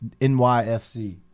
NYFC